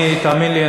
תאמין לי,